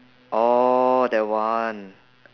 oh that one